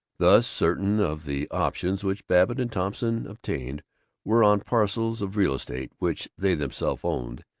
thus certain of the options which babbitt and thompson obtained were on parcels of real estate which they themselves owned,